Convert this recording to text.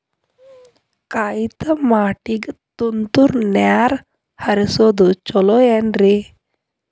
ಕಾಯಿತಮಾಟಿಗ ತುಂತುರ್ ನೇರ್ ಹರಿಸೋದು ಛಲೋ ಏನ್ರಿ?